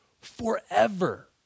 forever